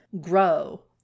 grow